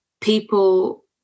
people